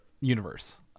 universe